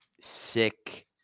sick